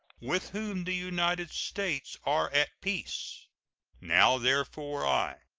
with whom the united states are at peace now, therefore, i,